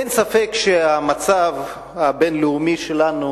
אין ספק שהמצב הבין-לאומי שלנו